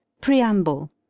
Preamble